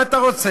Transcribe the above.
מה אתה רוצה.